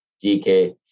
GK